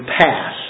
pass